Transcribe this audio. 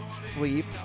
Sleep